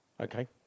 Okay